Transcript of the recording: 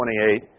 28